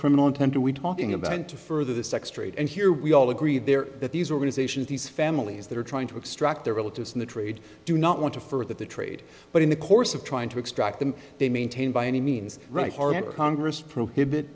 criminal intent are we talking about and to further the sex trade and here we all agree there that these organizations these families that are trying to extract their relatives in the trade do not want to further the trade but in the course of trying to extract them they maintain by any means right hard congress prohibit